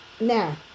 Now